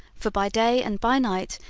for by day and by night,